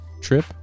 trip